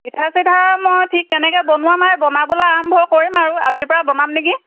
পিঠা চিঠা মই ঠিক তেনেকৈ বনোৱা নাই বনাবলৈ আৰম্ভ কৰিম আৰু আজিৰ পৰা বনাম নেকি